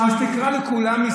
אז תקרא לכולם,